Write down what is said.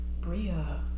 Bria